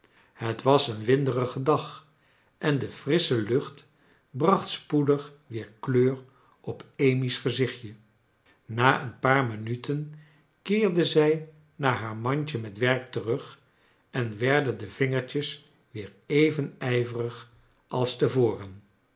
het was een winderige dag en de frissche luoht bracht spoedig weer kleur op amy's gezichtje na een paar minuten keerde zij naar haar mandje met werk terug en werden de vingertjes weer even ijverig als te voren